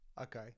Okay